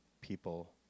people